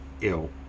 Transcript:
ill